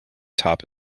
top